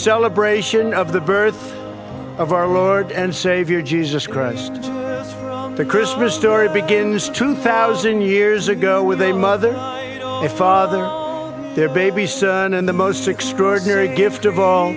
celebration of the birth of our lord and savior jesus christ the christmas story begins two thousand years ago with a mother a father their baby son and the most extraordinary gift of